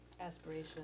aspiration